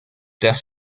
dass